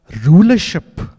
rulership